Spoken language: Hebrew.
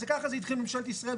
ככה זה התחיל בממשלת ישראל,